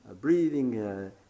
breathing